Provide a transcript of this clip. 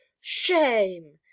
shame